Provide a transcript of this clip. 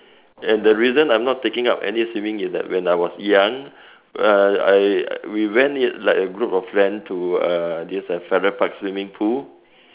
and the reason I'm not taking up any swimming is that when I was young uh I we went like group of friend to uh this uh Farrer park swimming pool